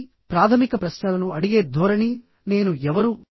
ఆపై ప్రాథమిక ప్రశ్నలను అడిగే ధోరణి నేను ఎవరు